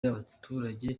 y’abaturage